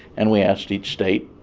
and we asked each state,